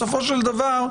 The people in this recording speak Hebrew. בסופו של דבר,